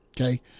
okay